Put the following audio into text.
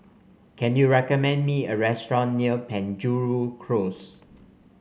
can you recommend me a restaurant near Penjuru Close